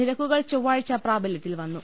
നിരക്കുകൾ ചൊവ്വാഴ്ച പ്രാബല്യത്തിൽ വന്നു